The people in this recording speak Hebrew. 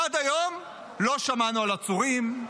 עד היום לא שמענו על עצורים,